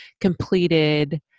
completed